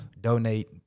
donate